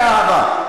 באהבה.